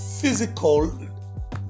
physical